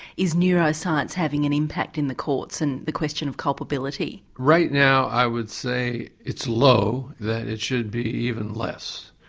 is neuroscience having an impact in the courts and the question of culpability? right now i would say it's low, that it should be even less.